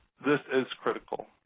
this is critical.